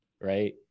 Right